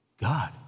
God